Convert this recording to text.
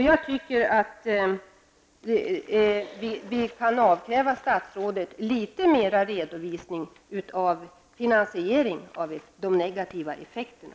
Jag tycker att statsrådet kan avkrävas litet mera redovisning av finansieringen av de negativa effekterna.